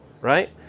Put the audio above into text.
right